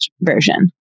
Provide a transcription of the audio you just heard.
version